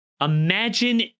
Imagine